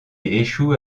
échoue